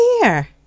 here